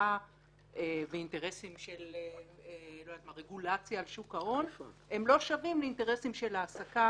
חקירה ואינטרסים של רגולציה על שוק ההון לא שווים לאינטרסים של העסקה.